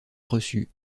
reçu